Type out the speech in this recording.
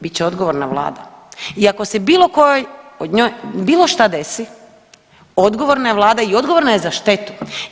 Bit će odgovorna vlada iako se bilo kojoj od njoj, bilo šta desi odgovorna je vlada i odgovorna je za štetu.